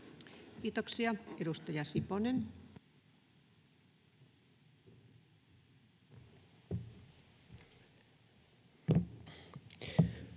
Kiitoksia. — Edustaja Siponen.